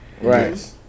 Right